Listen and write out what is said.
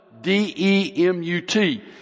D-E-M-U-T